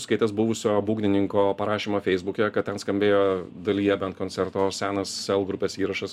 skaitęs buvusio būgnininko parašymą feisbuke kad ten skambėjo dalyje bent koncerto senas sel grupės įrašas